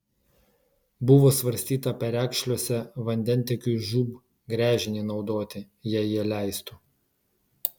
buvo svarstyta perekšliuose vandentiekiui žūb gręžinį naudoti jei jie leistų